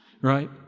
right